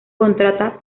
contrata